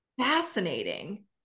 fascinating